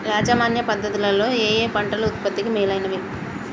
యాజమాన్య పద్ధతు లలో ఏయే పంటలు ఉత్పత్తికి మేలైనవి?